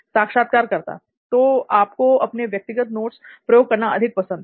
साक्षात्कारकर्ता तो आपको अपने व्यक्तिगत नोट्स प्रयोग करना अधिक पसंद है